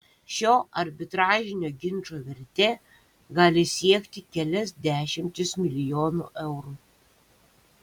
šio arbitražinio ginčo vertė gali siekti kelias dešimtis milijonų eurų